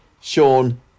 Sean